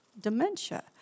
dementia